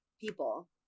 people